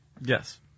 Yes